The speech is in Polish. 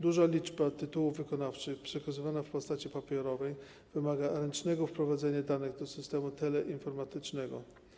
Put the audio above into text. Duża liczba tytułów wykonawczych przekazywanych w postaci papierowej wymaga ręcznego wprowadzania danych do systemu teleinformatycznego.